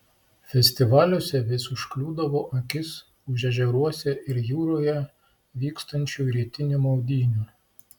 festivaliuose vis užkliūdavo akis už ežeruose ir jūroje vykstančių rytinių maudynių